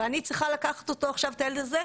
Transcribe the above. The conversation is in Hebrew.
ואני צריכה לקחת אותו עכשיו, את הילד הזה.